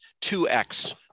2X